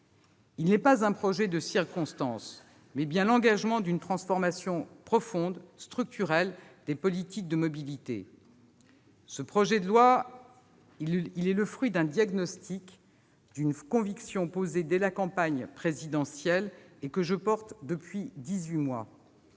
Ce n'est pas un projet de circonstance, mais c'est bien l'engagement d'une transformation profonde, structurelle des politiques de mobilité. Ce projet de loi est le fruit d'un diagnostic, d'une conviction posés dès la campagne présidentielle et que je porte depuis dix-huit